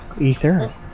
ether